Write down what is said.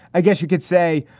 i guess you could say,